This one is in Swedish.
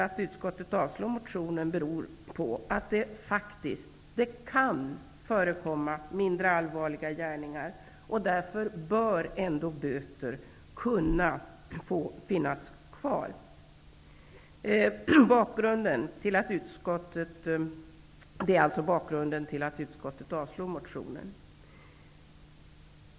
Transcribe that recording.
Att utskottet avstyrker motionen beror på att det faktiskt kan förekomma mindre allvarliga gärningar, och därför bör möjligheten ändå finnas kvar att döma till böter.